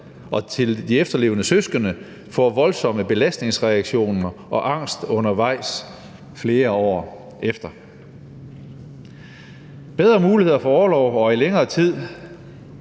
forældre de efterlevende søskende – får voldsomme belastningsreaktioner og angst undervejs og flere år efter«. Bedre muligheder for orlov og i længere tid